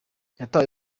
yatawe